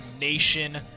Nation